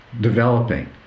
developing